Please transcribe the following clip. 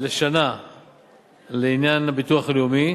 לשנה לעניין הביטוח הלאומי,